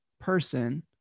person